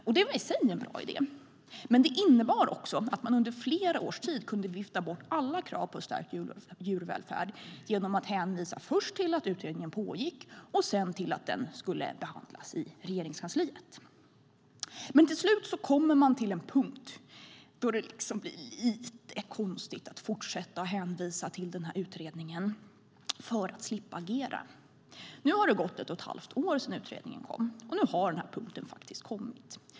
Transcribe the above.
Det är väl i sig en bra idé, men det innebar också att man under flera års tid kunde vifta bort alla krav på stärkt djurvälfärd genom att hänvisa först till att utredningen pågick och sedan till att den skulle behandlas i Regeringskansliet. Men till slut kommer man till en punkt då det blir lite konstigt att fortsätta att hänvisa till utredningen för att slippa agera. Nu har det gått ett och ett halvt år sedan utredningen kom, och nu har den här punkten faktiskt kommit.